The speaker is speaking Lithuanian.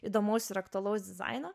įdomaus ir aktualaus dizaino